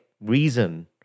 reason